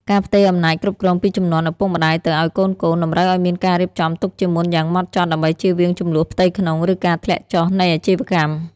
ការផ្ទេរអំណាចគ្រប់គ្រងពីជំនាន់ឪពុកម្ដាយទៅឱ្យកូនៗ តម្រូវឱ្យមានការរៀបចំទុកជាមុនយ៉ាងហ្មត់ចត់ ដើម្បីចៀសវាងជម្លោះផ្ទៃក្នុង ឬការធ្លាក់ចុះនៃអាជីវកម្ម។